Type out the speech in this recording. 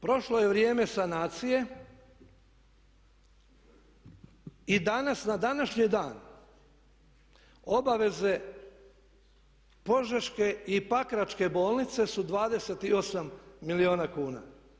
Prošlo je vrijeme sanacije i danas na današnji dan obaveze Požeške i Pakračke bolnice su 28 milijuna kuna.